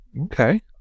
Okay